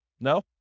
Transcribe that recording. No